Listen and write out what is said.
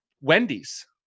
Wendy's